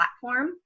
platform